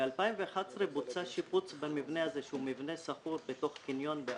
ב-2011 בוצע שיפוץ במבנה הזה שהוא מבנה שכור בתוך קניון בעכו,